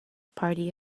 party